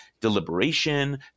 deliberation